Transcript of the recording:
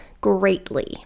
greatly